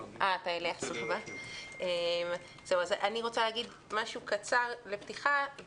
אני מבקשת להגיד משהו קצר לפתיחה.